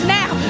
now